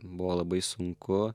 buvo labai sunku